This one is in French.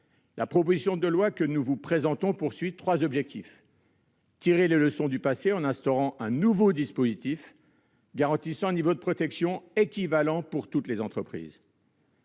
La proposition de loi que nous vous présentons a trois objectifs : tirer les leçons du passé en instaurant un nouveau dispositif garantissant un niveau de protection équivalent pour toutes les entreprises